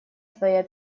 твоя